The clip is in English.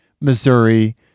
Missouri